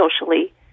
socially